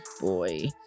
boy